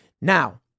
Now